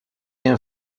rien